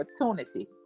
opportunity